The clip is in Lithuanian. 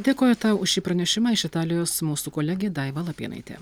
dėkoju tau už šį pranešimą iš italijos mūsų kolegė daiva lapėnaitė